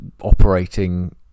operating